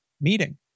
meeting